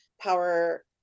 power